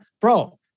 Bro